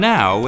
Now